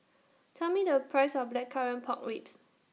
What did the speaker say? Tell Me The Price of Blackcurrant Pork Ribs